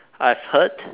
I've heard